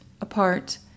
apart